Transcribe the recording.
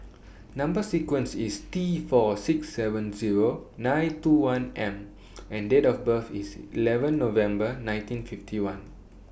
Number sequence IS T four six seven Zero nine two one M and Date of birth IS eleven November nineteen fifty one